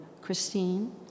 Christine